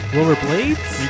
Rollerblades